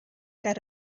ger